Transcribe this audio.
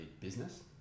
business